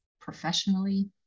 professionally